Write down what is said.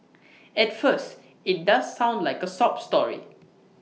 at first IT does sound like A sob story